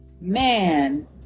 Man